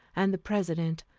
and the president,